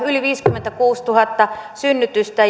yli viisikymmentäkuusituhatta synnytystä